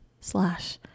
slash